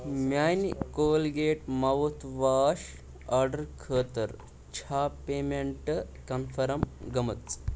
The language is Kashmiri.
میانہِ کولگیٹ ماوتھ واش آرڈرٕ خٲطرٕ چھا پیمیٚنٹ کنفٔرم گٔمٕژ؟